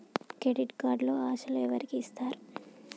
Credit కార్డులు అసలు ఎవరికి ఇస్తారు?